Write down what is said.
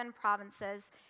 provinces